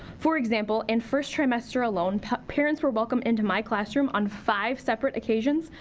for example in first trimester alone, parents were welcomed into my classroom on five separate occasions.